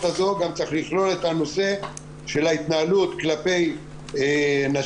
הזו גם צריך לכלול את הנושא של ההתנהלות כלפי נשים,